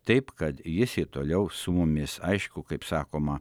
taip kad jis ir toliau su mumis aišku kaip sakoma